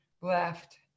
left